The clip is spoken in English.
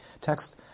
text